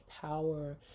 power